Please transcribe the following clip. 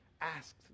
asked